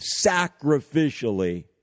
sacrificially